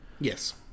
Yes